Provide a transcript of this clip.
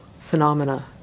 phenomena